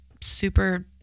super